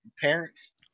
parents